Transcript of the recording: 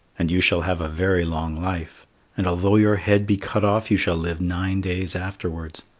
and you shall have a very long life and although your head be cut off you shall live nine days afterwards.